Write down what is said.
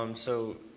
um so